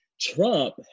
trump